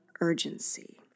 urgency